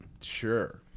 Sure